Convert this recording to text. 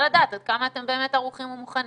לדעת עד כמה אתם באמת ערוכים ומוכנים.